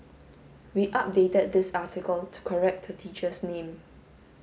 we updated this article to correct a teacher's name